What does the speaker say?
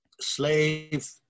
Slave